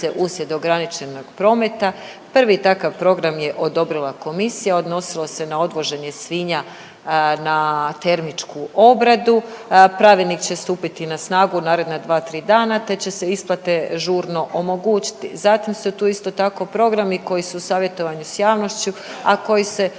uslijed ograničenog prometa. Prvi takav program je odobrila komisija, odnosila se na odvoženje svinja na termičku obradu. Pravilnik će stupiti na snagu u naredna dva-tri dana te će se isplate žurno omogućiti. Zatim su tu isto tako programi koji su savjetovani s javnošću, a koji se